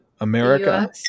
America